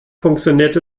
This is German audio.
funktioniert